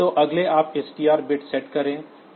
तो अगले आप इस TR0 बिट सेट करें